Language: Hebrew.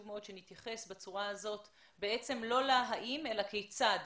מאוד שנתייחס בצורה הזאת לא לשאלה האם אלא כיצד